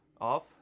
off